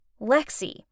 Lexi